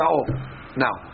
Now